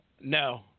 No